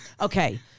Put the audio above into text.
Okay